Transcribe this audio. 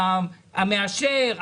המאשרת,